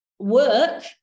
work